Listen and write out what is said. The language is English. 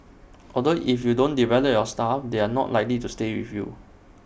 although if you don't develop your staff they are not likely to stay with you